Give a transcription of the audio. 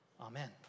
Amen